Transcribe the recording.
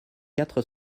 quatre